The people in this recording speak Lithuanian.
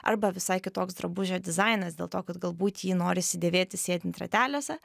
arba visai kitoks drabužio dizainas dėl to kad galbūt jį norisi dėvėti sėdint rateliuose